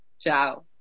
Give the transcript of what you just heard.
Ciao